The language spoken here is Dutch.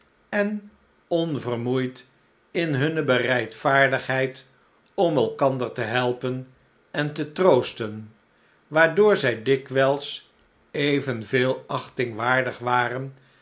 en onvermoeid in hunne bereidvaardigheid om elkander te helpen en te troosten waardoor zij dikwijls evenveel achting waardig waren